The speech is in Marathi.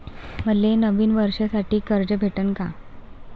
मले नवीन वर्षासाठी कर्ज भेटन का?